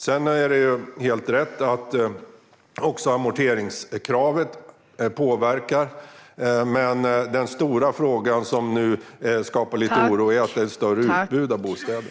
Det är helt rätt att amorteringskravet påverkar, men den stora fråga som nu skapar lite oro är att det finns ett större utbud av bostäder.